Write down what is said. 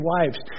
wives